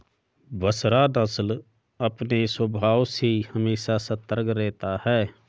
बसरा नस्ल अपने स्वभाव से हमेशा सतर्क रहता है